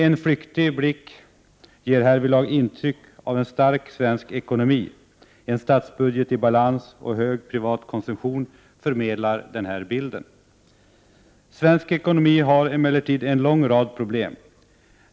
En flyktig blick ger härvidlag intryck av en stark svensk ekonomi. En statsbudget i balans och hög privat konsumtion förmedlar denna bild. Svensk ekonomi har emellertid en lång rad problem.